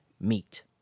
meet